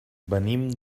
venim